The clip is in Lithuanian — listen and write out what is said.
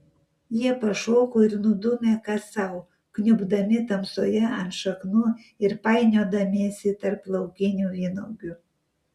jie pašoko ir nudūmė kas sau kniubdami tamsoje ant šaknų ir painiodamiesi tarp laukinių vynuogių